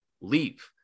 leave